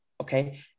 Okay